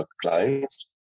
clients